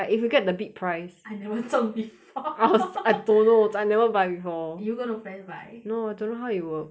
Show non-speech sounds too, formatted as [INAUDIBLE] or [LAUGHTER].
but if you get the big prize I never 中 [LAUGHS] before I never buy before you got no friends buy no don't know how it works